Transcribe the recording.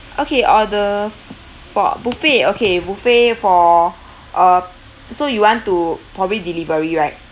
okay order for buffet okay buffet for uh so you want to probably delivery right